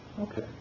Okay